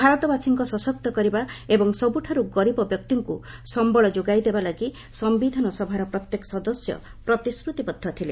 ଭାରତବାସୀଙ୍କ ସଶକ୍ତ କରିବା ଏବଂ ସବୁଠାରୁ ଗରିବ ବ୍ୟକ୍ତିଙ୍କୁ ସମ୍ଭଳ ଯୋଗାଇଦେବା ଲାଗି ସିୟିଧାନ ସଭାର ପ୍ରତ୍ୟେକ ସଦସ୍ୟ ପ୍ରତିଶ୍ରତିବଦ୍ଧ ଥିଲେ